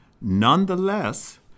Nonetheless